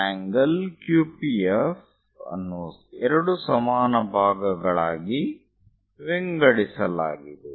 ∠QPF ಅನ್ನು ಎರಡು ಸಮಾನ ಭಾಗಗಳಾಗಿ ವಿಂಗಡಿಸಲಾಗಿದೆ